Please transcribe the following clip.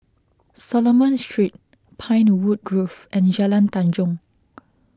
Solomon Street Pinewood Grove and Jalan Tanjong